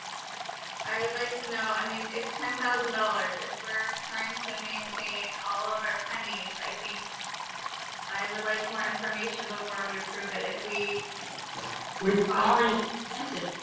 i would like to know i mean it's ten thousand dollars, if we're trying to maintain all of our pennies, i think i would like more information before we approve it if we were we've already spent it.